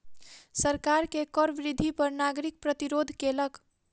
सरकार के कर वृद्धि पर नागरिक प्रतिरोध केलक